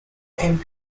and